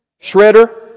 Shredder